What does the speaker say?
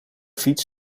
fiets